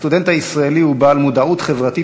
הסטודנט הישראלי הוא בעל מודעות חברתית